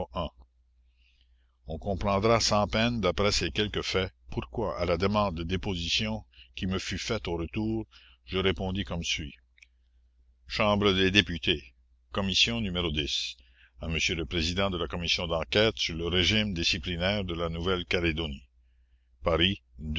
on comprendra sans peine d'après ces quelques faits pourquoi à la demande de déposition qui me fut faite au retour je répondis comme suit chambre des députés commission n à monsieur le président de la commission d'enquête sur le régime disciplinaire de la nouvelle calédonie paris